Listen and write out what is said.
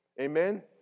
Amen